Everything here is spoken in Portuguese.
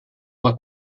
uma